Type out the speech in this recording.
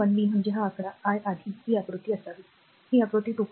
१ B म्हणजे हा आकडा I आधी ही आकृती असावी ही आकृती २